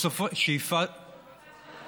של יפעת שאשא.